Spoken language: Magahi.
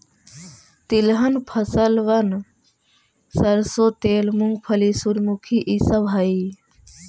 तिलहन फसलबन सरसों तेल, मूंगफली, सूर्यमुखी ई सब हई